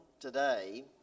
today